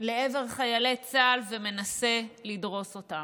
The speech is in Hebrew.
לעבר חיילי צה"ל ומנסה לדרוס אותם,